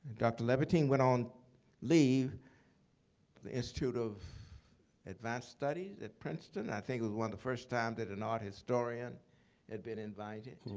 dr. levitine went on leave, to the institute of advanced studies, at princeton. i think it was one of the first times that an art historian had been invited.